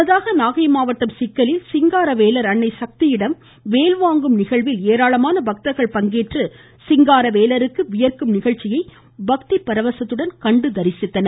முன்னதாக நாகை மாவட்டம் சிக்கலில் சிங்காரவேலர் அன்னை சக்தியிடம் வேல் வாங்கும் நிகழ்ச்சியில் ஏராளமான பக்தர்கள் பங்கேற்று சிங்காரவேலருக்கு வியர்க்கும் நிகழ்ச்சியை பக்தி பரவசத்துடன் கண்டு தரிசித்தனர்